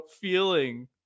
feeling